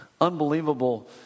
unbelievable